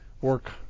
work